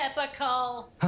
Typical